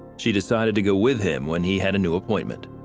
she decided to go with him when he had a new appointment.